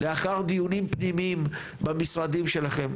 לאחר דיונים פנימיים במשרדים שלכם.